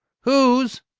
hoo's!